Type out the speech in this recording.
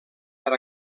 per